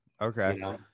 Okay